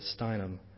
Steinem